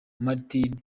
martin